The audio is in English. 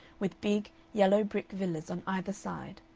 with big, yellow brick villas on either side,